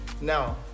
Now